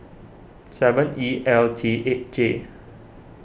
seven E L T eight J